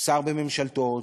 שר בממשלתו,